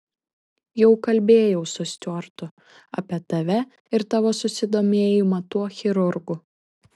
jau kalbėjau su stiuartu apie tave ir tavo susidomėjimą tuo chirurgu